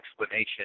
explanation